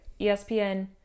ESPN